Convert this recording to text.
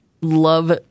love